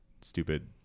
stupid